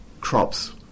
crops